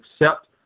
accept